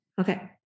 Okay